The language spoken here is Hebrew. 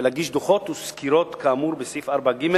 ולהגיש דוחות וסקירות כאמור בסעיף 4ג,